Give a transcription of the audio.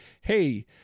hey